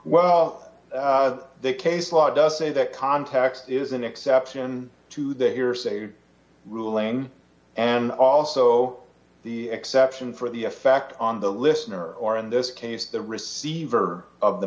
well the case law does say that context is an exception to the hearsay rule ruling and also the exception for the effect on the listener or in this case the receiver of the